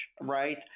right